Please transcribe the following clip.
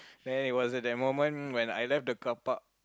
then it was at that moment when I left the carpark